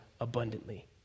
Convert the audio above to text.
abundantly